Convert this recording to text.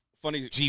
Funny